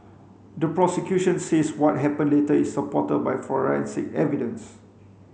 the prosecution says what happened later is supported by forensic evidence